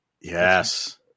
Yes